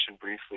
briefly